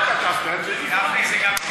כתבתי על זה מזמן.